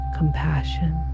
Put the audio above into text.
compassion